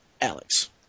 Alex